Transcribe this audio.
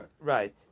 Right